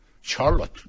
Charlotte